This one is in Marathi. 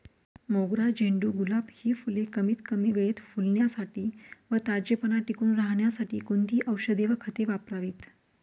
मोगरा, झेंडू, गुलाब हि फूले कमीत कमी वेळेत फुलण्यासाठी व ताजेपणा टिकून राहण्यासाठी कोणती औषधे व खते वापरावीत?